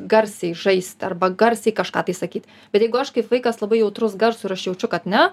garsiai žaisti arba garsiai kažką tai sakyt bet jeigu aš kaip vaikas labai jautrus garsui ir aš jaučiu kad ne